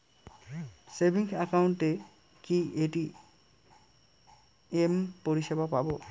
Savings একাউন্টে কি ATM পরিসেবা পাব?